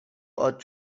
ought